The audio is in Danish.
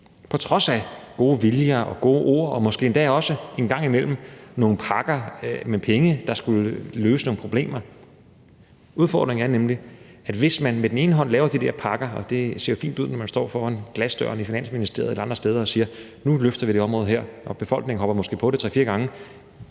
på trods af gode viljer, gode ord og måske endda også en gang imellem nogle pakker med penge, der skulle løse nogle problemer. Kl. 11:23 Der kan nemlig være en udfordring med, at man laver de der pakker. Det ser jo fint ud, når man står foran glasdøren i Finansministeriet eller andre steder og siger: Nu løfter vi det her område. Befolkningen hopper måske på det 3-4 gange,